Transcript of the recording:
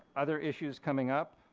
other issues coming up,